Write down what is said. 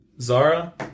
Zara